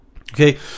Okay